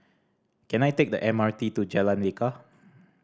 can I take the M R T to Jalan Lekar